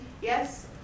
Yes